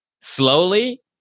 Slowly